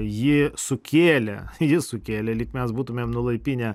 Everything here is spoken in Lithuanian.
ji sukėlė ji sukėlė lyg mes būtumėm nulaipinę